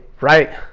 Right